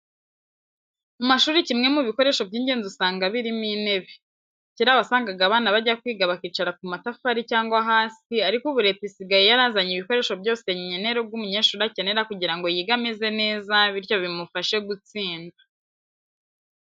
Mu mashuri kimwe mu bikoresho by'ingenzi usanga birimo n'intebe. Kera wasangaga abana bajya kwiga bakicara ku matafari cyangwa hasi ariko ubu Leta isigaye yarazanye ibikoresho byose nkenerwa umunyeshuri akenera kugira ngo yige ameze neza bityo bimufashe gutsinda.